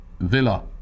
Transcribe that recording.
Villa